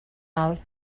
out